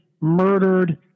murdered